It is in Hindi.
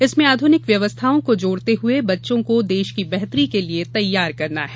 इसमें आधुनिक व्यवस्थाओं को जोड़ते हए बच्चों को देश की बेहतरी के लिए तैयार करना है